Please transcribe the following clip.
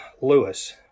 Lewis